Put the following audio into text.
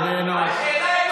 איננו,